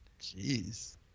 Jeez